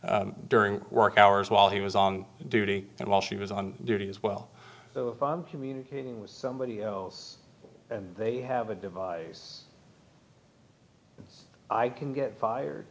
during work hours while he was on duty and while she was on duty as well communicating with somebody else and they have a device i can get fired